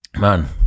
man